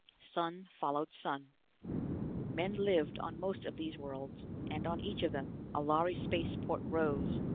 sun followed sun men lived on most of these worlds, and on each of them a lhari spaceport rose,